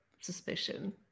suspicion